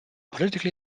politically